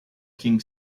king